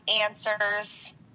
answers